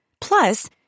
Plus